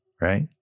Right